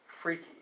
freaky